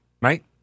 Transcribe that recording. right